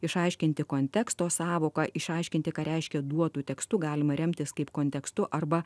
išaiškinti konteksto sąvoką išaiškinti ką reiškia duotų tekstu galima remtis kaip kontekstu arba